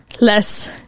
less